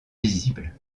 visibles